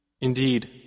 Indeed